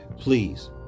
Please